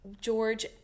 george